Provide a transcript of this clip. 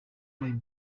imyanya